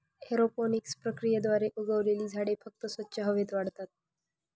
aeroponics प्रक्रियेद्वारे उगवलेली झाडे फक्त स्वच्छ हवेत वाढतात